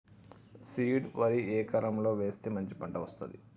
Seed వరి ఏ కాలం లో వేస్తే మంచి పంట వస్తది?